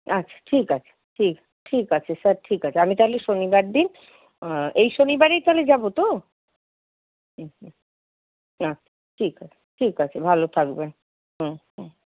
আচ্ছা ঠিক আছে ঠিক ঠিক আছে স্যার ঠিক আছে আমি তাহলে শনিবার দিন এই শনিবারেই তাহলে যাব তো হুম হুম আচ্ছা ঠিক আছে ঠিক আছে ভালো থাকবেন হুম হুম